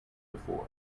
before